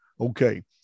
Okay